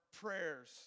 prayers